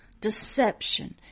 deception